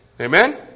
Amen